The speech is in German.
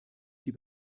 die